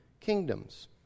kingdoms